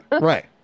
right